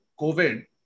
COVID